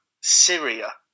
Syria